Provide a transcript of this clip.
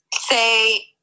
say